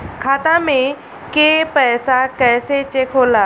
खाता में के पैसा कैसे चेक होला?